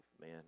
man